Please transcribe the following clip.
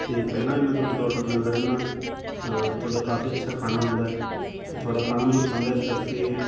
ਅਤੇ ਪਹਿਲਾਂ ਵੀ ਮੈਂ ਤੁਹਾਡੇ ਤੋਂ ਆਰਡਰ ਲੈਂਦਾ ਰਹਿੰਦਾ ਤਾਂ ਤੁਹਾਡਾ ਕਾਫ਼ੀ ਅੱਛਾ ਖਾਣਾ ਹੁੰਦਾ ਅਤੇ ਤੁਹਾਡਾ ਖਾਣਾ ਮੈਨੂੰ ਪਸੰਦ ਹੈ ਇਸ ਕਰਕੇ